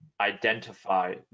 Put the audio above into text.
identify